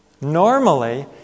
Normally